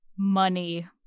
Money